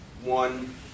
one